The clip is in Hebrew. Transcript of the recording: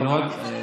איך אני איתך?